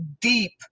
deep